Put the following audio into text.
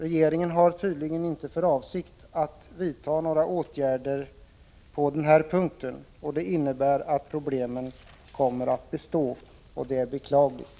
Regeringen har tydligen inte för avsikt att vidta några åtgärder på denna punkt, vilket innebär att problemen kommer att bestå. Detta är beklagligt.